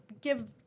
give